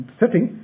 setting